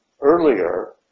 earlier